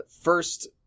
first